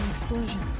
explosion!